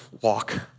walk